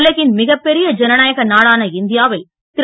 உலகின் மிகப் பெரிய ஜனநாயக நாடான இந்தியாவில் திரு